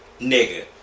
Nigga